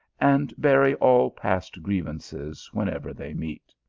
and bury all past grievances whenever they meet.